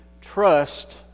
trust